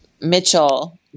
Mitchell